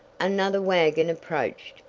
another wagon approached.